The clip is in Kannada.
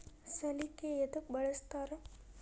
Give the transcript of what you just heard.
ಸಲಿಕೆ ಯದಕ್ ಬಳಸ್ತಾರ?